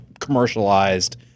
commercialized